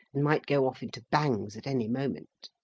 and might go off into bangs at any moment.